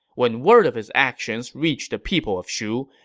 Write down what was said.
when word of his actions reached the people of shu,